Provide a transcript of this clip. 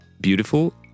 beautiful